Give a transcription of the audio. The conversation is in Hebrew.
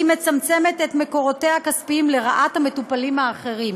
היא מצמצמת את מקורותיה הכספיים לרעת המטופלים האחרים.